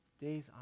days